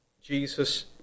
Jesus